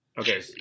Okay